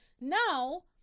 now